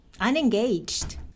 unengaged